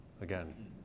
again